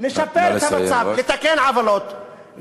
לשפר את המצב, לתקן עוולות.